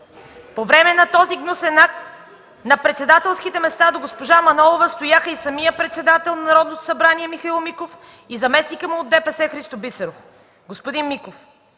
По време на този гнусен акт на председателските места до госпожа Манолова стояха и самият председател на Народното събрание Михаил Миков, и заместникът му от ДПС – Христо Бисеров. Господин Миков,